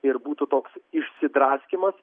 ir būtų toks išsidraskymas